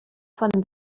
von